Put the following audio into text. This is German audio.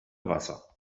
wasser